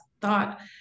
thought